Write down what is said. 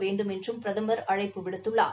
வேண்டும் என்றும் பிரதமர் அழைப்பு விடுத்துள்ளார்